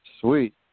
Sweet